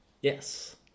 yes